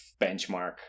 benchmark